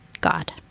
God